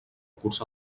curs